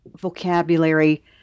vocabulary